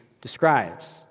describes